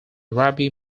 rabbi